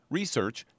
research